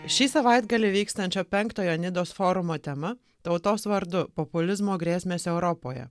šį savaitgalį vykstančio penktojo nidos forumo tema tautos vardu populizmo grėsmės europoje